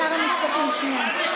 כבוד שר המשפטים, שנייה.